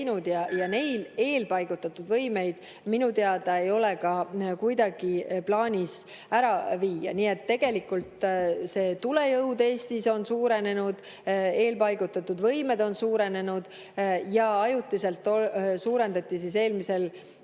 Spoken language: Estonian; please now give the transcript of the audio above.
ja eelpaigutatud võimeid minu teada ei ole neil ka kuidagi plaanis ära viia. Nii et tegelikult tulejõud Eestis on suurenenud, eelpaigutatud võimed on suurenenud ja ajutiselt suurendati eelmisel